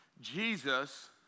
Jesus